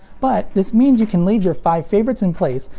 but this means you can leave your five favorites in place,